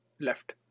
left